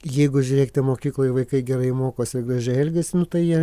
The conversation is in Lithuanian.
jeigu žiūrėkite mokykloj vaikai gerai mokosi gražiai elgiasi nu tai jie